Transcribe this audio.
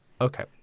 Okay